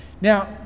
now